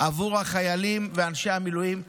עבור החיילים ואנשי המילואים.